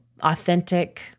authentic